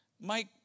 Mike